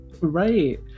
Right